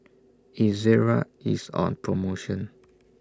Ezerra IS on promotion